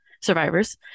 survivors